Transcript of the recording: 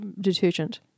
detergent